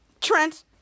Trent